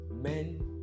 men